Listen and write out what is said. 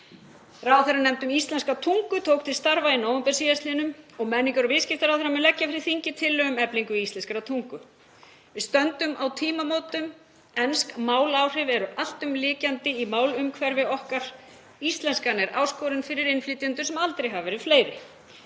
Ráðherranefnd um íslenska tungu tók til starfa í nóvember síðastliðnum og menningar- og viðskiptaráðherra mun leggja fyrir þingið tillögu um eflingu íslenskrar tungu. Við stöndum á tímamótum. Ensk máláhrif eru alltumlykjandi í málumhverfi okkar. Íslenskan er áskorun fyrir innflytjendur sem aldrei hafa verið fleiri.